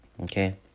Okay